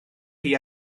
chi